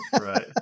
Right